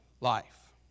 life